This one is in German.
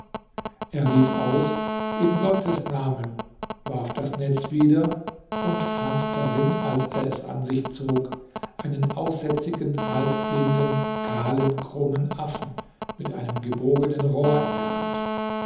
er rief aus in gottes namen warf das netz wieder und fand darin als er es an sich zog einen aussätzigen halbblinden kahlen krummen affen mit einem gebogenen rohr in der hand